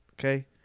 okay